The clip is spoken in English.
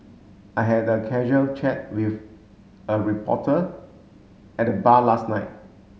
I had a casual chat with a reporter at the bar last night